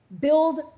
Build